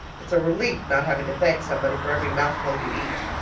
it's a relief not having to thank somebody for every mouthful you eat.